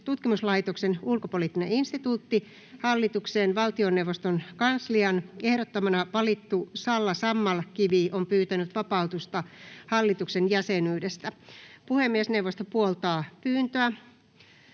tutkimuslaitoksen (Ulkopoliittinen instituutti) hallitukseen valtioneuvoston kanslian ehdottamana valittu Salla Sammalkivi on pyytänyt vapautusta hallituksen jäsenyydestä. Puhemiesneuvosto puoltaa pyyntöä.